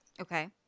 Okay